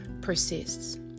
persists